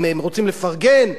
הם רוצים לפרגן?